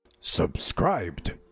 Subscribed